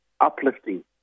uplifting